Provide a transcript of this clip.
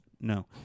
No